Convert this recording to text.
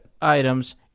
items